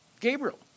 Gabriel